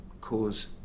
cause